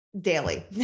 daily